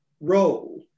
role